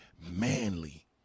manly